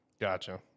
Gotcha